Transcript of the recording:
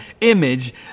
image